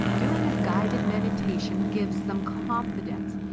doing a guided meditation gives them confidence,